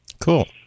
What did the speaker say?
Cool